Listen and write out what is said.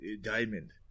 diamond